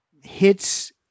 hits